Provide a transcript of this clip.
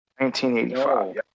1985